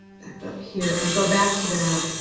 back up here and go back to that